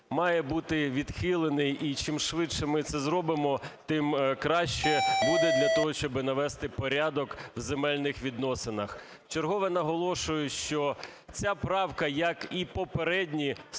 має бути відхилений. І чим швидше ми це зробимо, тим краще буде для того, щоб навести порядок в земельних відносинах. Вчергове наголошую, що ця правка, як і попередні,